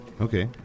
Okay